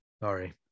Sorry